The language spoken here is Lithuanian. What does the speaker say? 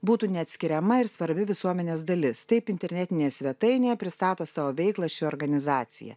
būtų neatskiriama ir svarbi visuomenės dalis taip internetinėje svetainėje pristato savo veiklą ši organizacija